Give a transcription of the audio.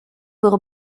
pour